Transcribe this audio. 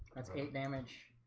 that's eight damage,